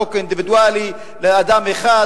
חוק אינדיבידואלי לאדם אחד,